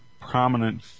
prominent